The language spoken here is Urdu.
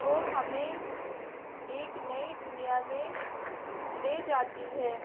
وہ ہمیں ایک نئی دنیا میں لے جاتی ہے